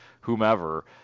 whomever